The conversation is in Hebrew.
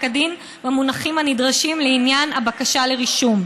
הדין והמונחים הנדרשים לעניין הבקשה לרישום.